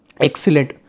excellent